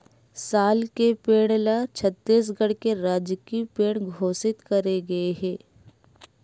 साल के पेड़ ल छत्तीसगढ़ के राजकीय पेड़ घोसित करे गे हे